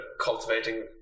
cultivating